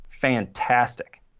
fantastic